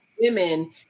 women